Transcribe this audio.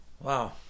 wow